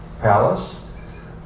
palace